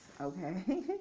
okay